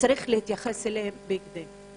וצריך להתייחס אליהם בהקדם.